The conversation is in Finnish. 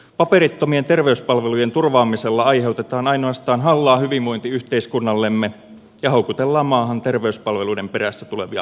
paperittomien terveyspalvelujen turvaamisella aiheutetaan ainoastaan hallaa hyvinvointiyhteiskunnallemme ja houkutellaan maahan terveyspalveluiden perässä tulevia laittomia maahanmuuttajia